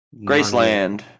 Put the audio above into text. Graceland